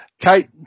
Kate